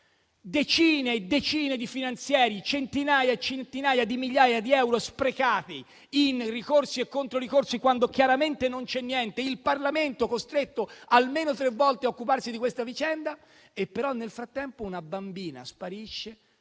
decine e decine di finanzieri, centinaia e centinaia di migliaia di euro sprecati in ricorsi e controricorsi, quando chiaramente non c'è niente, e con il Parlamento costretto almeno tre volte a occuparsi di questa vicenda. Però, nel frattempo, una bambina sparisce,